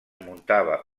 muntava